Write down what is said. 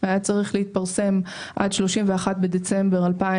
היה צריך להתפרסם עד 31 בדצמבר 2021,